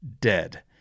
dead